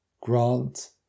grant